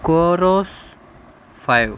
కోరోస్ five